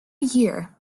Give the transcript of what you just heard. year